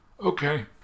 Okay